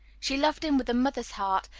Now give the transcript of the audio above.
she loved him with a mother's heart,